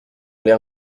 l’air